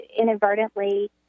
inadvertently